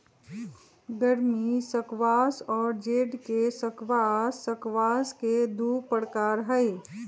गर्मी स्क्वाश और जेड के स्क्वाश स्क्वाश के दु प्रकार हई